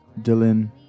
Dylan